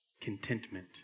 contentment